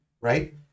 right